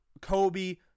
Kobe